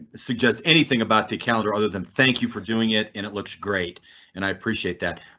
suggest anything about the calendar other than thank you for doing it and it looks great and i appreciate that,